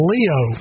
Leo